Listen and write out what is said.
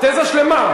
תזה שלמה.